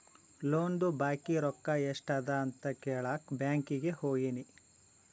ಲೋನ್ದು ಬಾಕಿ ರೊಕ್ಕಾ ಎಸ್ಟ್ ಅದ ಅಂತ ಕೆಳಾಕ್ ಬ್ಯಾಂಕೀಗಿ ಹೋಗಿನಿ